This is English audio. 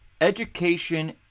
education